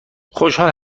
خوشحال